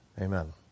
Amen